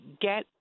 get